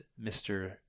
Mr